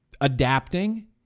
adapting